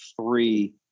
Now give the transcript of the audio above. three